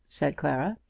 said clara.